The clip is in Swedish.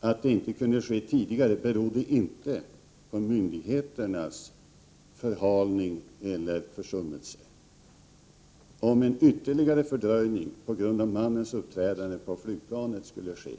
Att verkställighet inte kunde ske tidigare berodde inte på myndigheternas förhalning eller försummelser. Om en ytterligare fördröjning på grund av mannens uppträdande på flygplanet skulle ske,